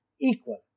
equal